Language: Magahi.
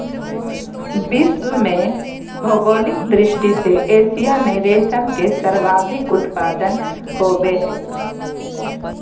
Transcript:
विश्व में भौगोलिक दृष्टि से एशिया में रेशम के सर्वाधिक उत्पादन होबय हइ